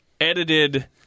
edited